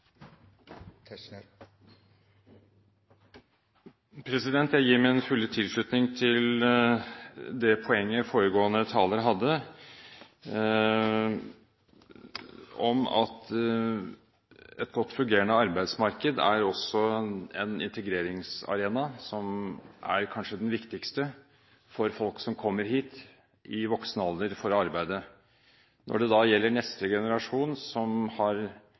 hadde om at et godt fungerende arbeidsmarked kanskje også er den viktigste integreringsarenaen for folk som kommer hit i voksen alder for å arbeide. Når det da gjelder neste generasjon, som har